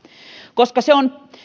koska se on